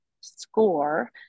score